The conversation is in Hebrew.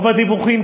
רוב הדיווחים,